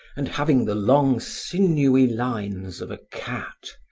and having the long, sinewy lines of a cat.